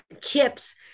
Chips